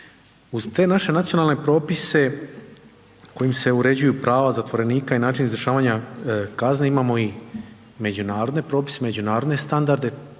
Uz te naše nacionalne propise kojim se uređuju prava zatvorenika i način izvršavanja kazne imamo i međunarodne propise, međunarodne standarde.